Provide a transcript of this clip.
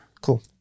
Cool